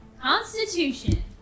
Constitution